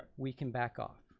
we can back off.